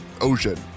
ocean